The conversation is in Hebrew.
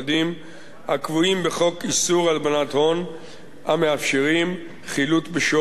הקבועים בחוק איסור הלבנת הון המאפשרים חילוט בשווי.